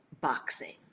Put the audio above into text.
boxing